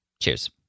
Cheers